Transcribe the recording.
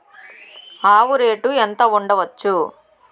ఆవు రేటు ఎంత ఉండచ్చు?